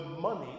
money